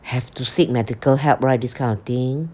have to seek medical help right this kind of thing